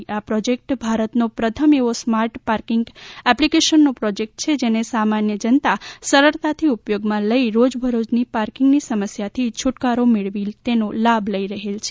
Amdapark project ભારતનો પ્રથમ એવો સ્માર્ટ પાર્કિંગ એપ્લીકેશનનો પ્રોજેક્ટ છે જેને સામાન્ય જનતા સરળતાથી ઉપયોગમાં લઇ રોજબરોજની પાર્કિંગની સમસ્યાથી છુટકારો મેળવી તેનો લાભ લઇ રહેલ છે